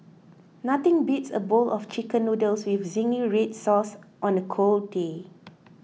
nothing beats a bowl of Chicken Noodles with Zingy Red Sauce on a cold day